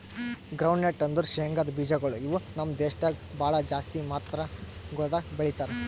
groundnut ಅಂದುರ್ ಶೇಂಗದ್ ಬೀಜಗೊಳ್ ಇವು ನಮ್ ದೇಶದಾಗ್ ಭಾಳ ಜಾಸ್ತಿ ಮಾತ್ರಗೊಳ್ದಾಗ್ ಬೆಳೀತಾರ